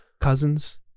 cousins